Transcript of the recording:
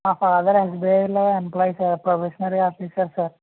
మా ఫాదర్ ఎస్బీఐలో employee sir probationary officer sir